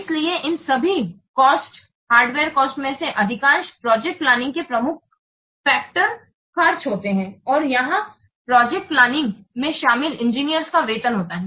इसलिए इस सभी लागत हार्डवेयरों में से अधिकांश प्रोजेक्ट प्लानिंग में प्रमुख कारक खर्च होता है और यहाँ प्रोजेक्ट प्लानिंग में शामिल इंजीनियरों का वेतन होता है